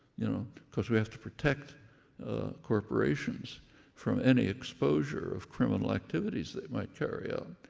you know, because we have to protect corporations from any exposure of criminal activities they might carry out.